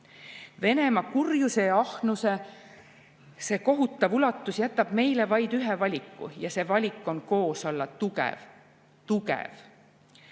Venemaa kurjuse ja ahnuse kohutav ulatus jätab meile vaid ühe valiku: koos olla tugev. Tugev!